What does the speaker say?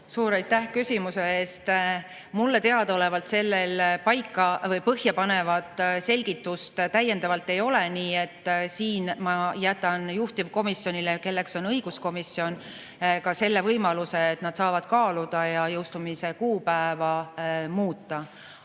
Suur aitäh küsimuse eest! Mulle teadaolevalt sellel paika- või põhjapanevat selgitust ei ole, nii et siin ma jätan juhtivkomisjonile, kelleks on õiguskomisjon, ka selle võimaluse, et nad saavad kaaluda ja jõustumise kuupäeva muuta.